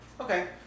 Okay